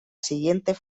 siguiente